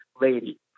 lady